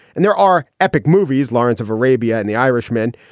and there are epic movies, lawrence of arabia and the irishman,